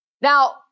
Now